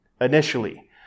initially